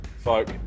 folk